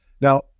Now